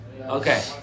Okay